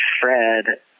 Fred